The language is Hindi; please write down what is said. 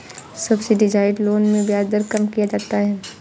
सब्सिडाइज्ड लोन में ब्याज दर कम किया जाता है